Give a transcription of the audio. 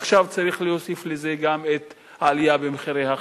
ועכשיו צריך להוסיף לזה גם את העלייה במחירי החשמל.